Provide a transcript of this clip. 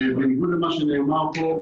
בניגוד למה שנאמר פה,